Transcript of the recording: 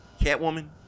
Catwoman